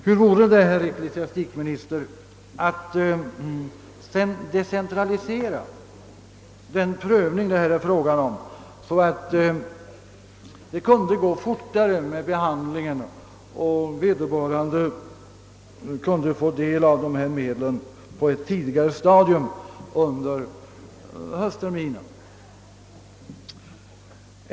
Hur vore det, herr ecklesiastikminister, om man decentraliserade den prövning det här gäller, så att behandlingen av ärendena kunde gå fortare och de lånesökande få medlen tidigare under höstterminen?